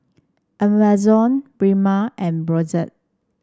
Amazon Prima and Brotzeit